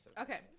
Okay